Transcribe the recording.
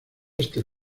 este